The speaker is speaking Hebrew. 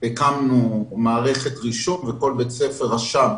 שהקמנו עכשיו וכל בית ספר רשם.